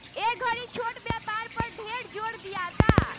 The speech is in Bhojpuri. ए घड़ी छोट व्यापार पर ढेर जोर दियाता